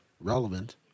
relevant